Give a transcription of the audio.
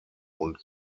und